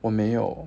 我没有